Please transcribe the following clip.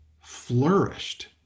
flourished